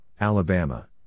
Alabama